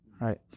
right